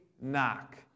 knock